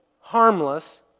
harmless